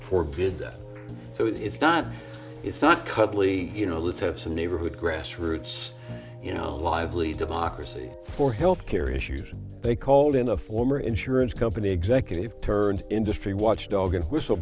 good so it's not it's not cuddly you know let's have some neighborhood grass roots you know a lively democracy for health care issues they called in the former insurance company executive turned industry watchdog and whistle